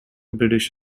british